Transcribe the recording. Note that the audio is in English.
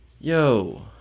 Yo